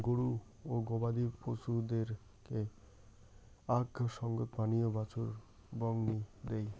গরু ও গবাদি পছুদেরকে আক সঙ্গত পানীয়ে বাছুর বংনি দেই